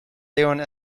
leeuwen